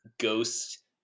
ghost